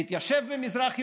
להתיישב במזרח ירושלים,